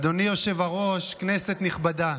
אדוני היושב הראש, כנסת נכבדה,